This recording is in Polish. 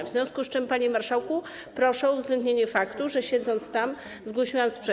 W związku z tym, panie marszałku, proszę o uwzględnienie faktu, że siedząc tam, zgłosiłam sprzeciw.